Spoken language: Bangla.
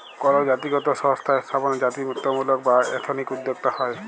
কল জাতিগত সংস্থা স্থাপনে জাতিত্বমূলক বা এথনিক উদ্যক্তা হ্যয়